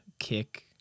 kick